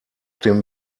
dem